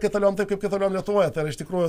kaitaliojam taip kaip kaitaliojam lietuvoje iš tikrųjų